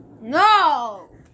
no